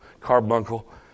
carbuncle